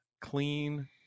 Clean